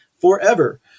forever